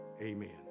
amen